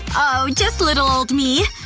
oh, just little old me.